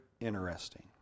interesting